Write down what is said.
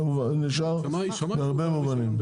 נשאר בהרבה מובנים.